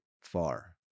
far